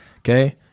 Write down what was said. Okay